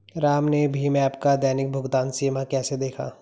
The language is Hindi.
राम ने भीम ऐप का दैनिक भुगतान सीमा कैसे देखा?